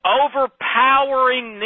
overpowering